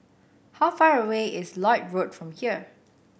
how far away is Lloyd Road from here